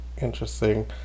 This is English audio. interesting